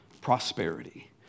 prosperity